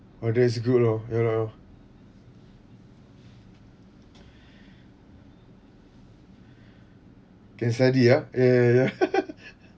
oh that's good loh ya loh quesadilla eh